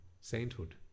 sainthood